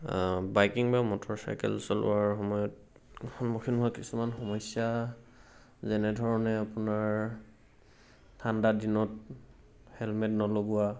biking বা motor cycle চলোৱাৰ সময়ত সন্মুখীন হোৱা কিছুমান সমস্যা যেনেধৰণে আপোনাৰ ঠাণ্ডা দিনত হেলমেট নলগোৱা